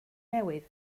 newydd